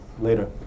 later